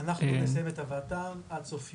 אנחנו נסיים את הבאתם עד סוף יוני.